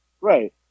Right